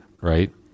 right